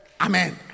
Amen